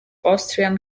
austrian